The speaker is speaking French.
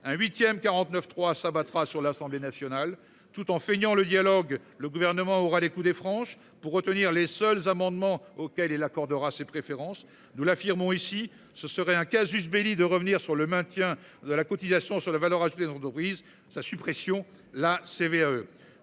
Un 8ème 49.3 s'abattra sur l'Assemblée nationale tout en feignant le dialogue le gouvernement aura les coudées franches pour retenir les seuls amendements auxquels elle accordera ses préférences. Nous l'affirmons ici ce serait un casus Belli de revenir sur le maintien de la cotisation sur la valeur ajoutée dans Doris sa suppression la CVAE.